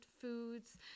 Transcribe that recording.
foods